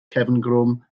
cefngrwm